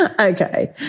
Okay